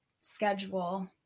schedule